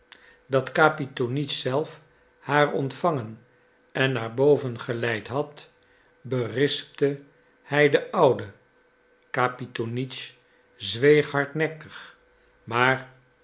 dat kapitonitsch zelf haar ontvangen en naar boven geleid had berispte hij den oude kapitonitsch zweeg hardnekkig maar